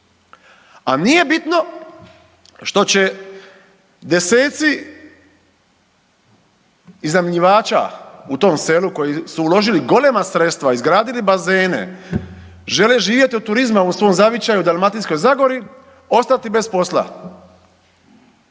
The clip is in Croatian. a nije bitno što će deseci iznajmljivača u tom selu koji su uložili golema sredstva, izgradili bazene, žele živjeti od turizma u svom zavičaju Dalmatinskoj zagori ostati bez posla.